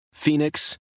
Phoenix